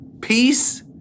Peace